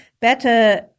better